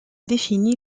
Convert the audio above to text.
définit